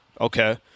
Okay